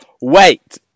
wait